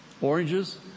oranges